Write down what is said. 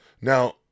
Now